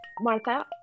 Martha